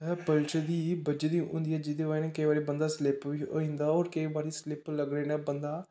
पेलछी बज्झी दी होंदी ऐ जेह्दी बज़ह् कन्नै केईं बारी बंदा स्लिप बी होई जंदा और केंई बारी स्लिप लग्गने नै बंदा